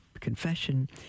confession